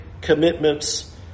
commitments